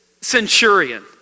centurion